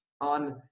on